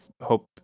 hope